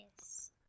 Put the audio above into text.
Yes